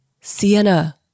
Sienna